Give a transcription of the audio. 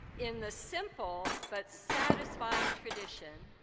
in the simple but satisfying tradition,